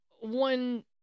one